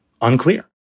unclear